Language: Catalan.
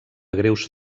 greus